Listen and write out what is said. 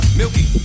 milky